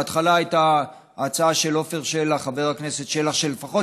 בהתחלה הייתה ההצעה של חבר הכנסת עפר שלח שלפחות